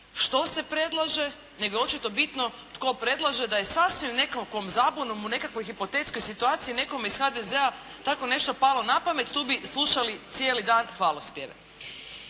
što se predlaže nego je očito bitno tko predlaže, da je sasvim nekakvom zabunom u nekakvoj hipotetskoj situaciji nekome iz HDZ-a tako nešto palo na pamet tu bi slušali cijeli dan hvalospjeve.